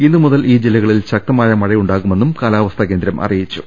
ഇന്ന് മുതൽ ഈ ജില്ലകളിൽ ശക്തമായ മഴയുണ്ടാകുമെന്നും കാലാ വസ്ഥാ കേന്ദ്രം അറിയിച്ചു